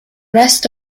rest